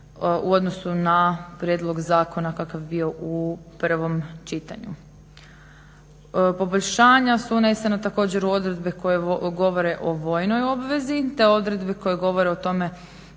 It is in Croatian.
u odnosu na prijedlog zakona kakav je bio u prvom čitanju. Poboljšanja su unesena također u odredbe koje govore o vojnoj obvezi te odredbi koje govore o tome